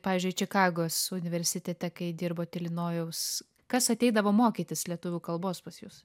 pavyzdžiui čikagos universitete kai dirbot ilinojaus kas ateidavo mokytis lietuvių kalbos pas jus